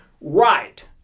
right